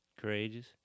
courageous